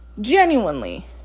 genuinely